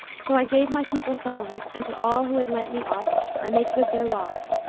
so i gave my people some of it and to all who had lent me aught i made good their loss,